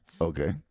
Okay